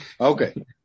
Okay